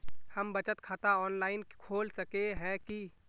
हम बचत खाता ऑनलाइन खोल सके है की?